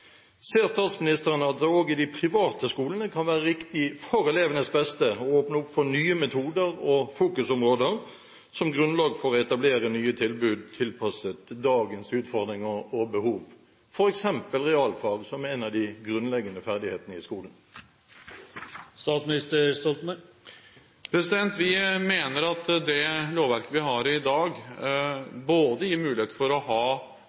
Ser statsministeren at det også i de private skolene kan være riktig for elevenes beste å åpne opp for nye metoder og fokusområder som grunnlag for å etablere nye tilbud tilpasset dagens utfordringer og behov, f.eks. realfag, som er en av de grunnleggende ferdighetene i skolen? Vi mener at det lovverket vi har i dag, både gir mulighet for